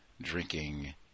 drinking